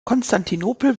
konstantinopel